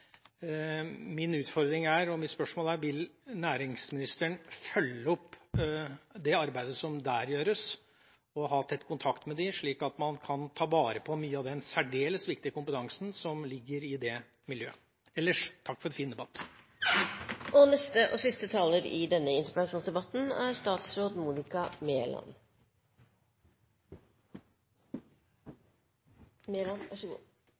Min utfordring og mitt spørsmål er: Vil næringsministeren følge opp det arbeidet som der gjøres, og ha tett kontakt med dem, slik at man kan ta vare på mye av den særdeles viktige kompetansen i dette miljøet? Ellers: Takk for en fin debatt. Det har vært en god debatt, med innspill og